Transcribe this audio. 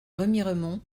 remiremont